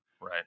Right